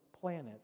planet